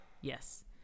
Yes